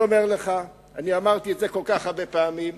אני אומר לך, ואמרתי את זה כל כך הרבה פעמים,